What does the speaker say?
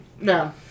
no